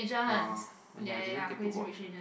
oh yeah I didn't get to watch eh